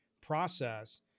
process